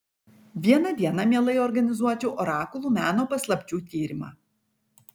vieną dieną mielai organizuočiau orakulų meno paslapčių tyrimą